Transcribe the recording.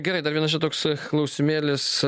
gerai dar vienas čia toks klausimėlis